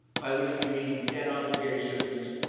by which we mean debt obligations,